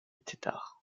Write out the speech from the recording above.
tetart